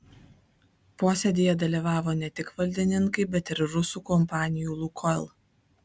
posėdyje dalyvavo ne tik valdininkai bet ir rusų kompanijų lukoil